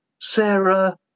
sarah